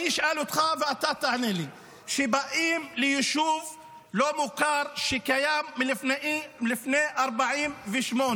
אני אשאל אותך ואתה תענה לי: כשבאים ליישוב לא מוכר שקיים מלפני 48',